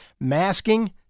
masking